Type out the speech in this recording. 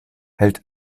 hält